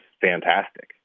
fantastic